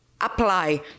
apply